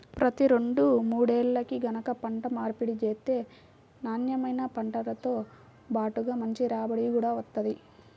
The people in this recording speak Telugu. ప్రతి రెండు మూడేల్లకి గనక పంట మార్పిడి చేత్తే నాన్నెమైన పంటతో బాటుగా మంచి రాబడి గూడా వత్తది